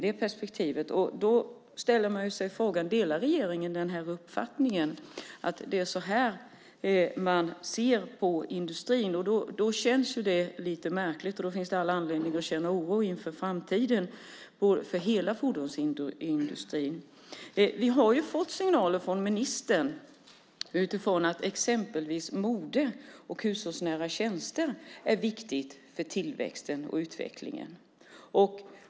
Därför ställer jag frågan: Delar regeringen uppfattningen att det är så här man ser på industrin? Då känns det lite märkligt, och då finns det all anledning att känna oro inför framtiden för hela fordonsindustrin. Vi har fått signaler från ministern om att exempelvis mode och hushållsnära tjänster är viktiga för tillväxten och utvecklingen.